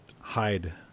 hide